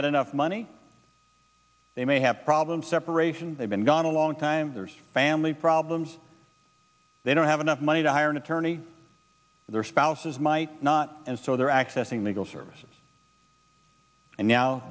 get enough money they may have problems separation they've been gone a long time there's family problems they don't have enough money to hire an attorney their spouses might not and so they're accessing legal